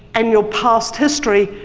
and your past history,